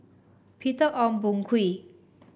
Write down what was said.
Peter Ong Boon Kwee